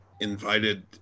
invited